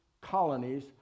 colonies